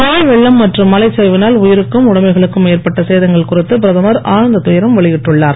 மழை வெள்ளம் மற்றும் மலைச் சரிவினால் உயிருக்கும் உடமைகளுக்கும் ஏற்பட்ட சேதங்கள் குறித்து பிரதமர் ஆழ்ந்த துயரம் வெளியிட்டுள்ளார்